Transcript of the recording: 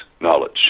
knowledge